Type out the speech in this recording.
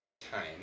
time